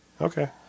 Okay